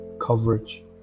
coverage